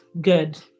good